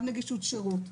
שצריכות סיוע.